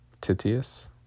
Titius